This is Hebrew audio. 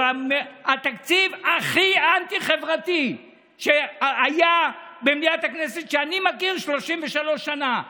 זה התקציב הכי אנטי-חברתי שהיה במליאת הכנסת שאני מכיר 33 שנה.